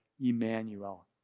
Emmanuel